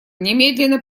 немедленно